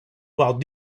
while